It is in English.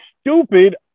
stupid